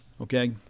okay